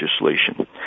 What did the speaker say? legislation